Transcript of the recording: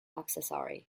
accessory